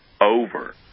over